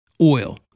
oil